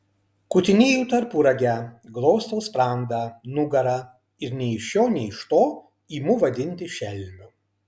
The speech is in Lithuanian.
kutinėju tarpuragę glostau sprandą nugarą ir nei iš šio nei iš to imu vadinti šelmiu